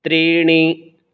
त्रीणि